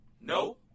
No